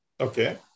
okay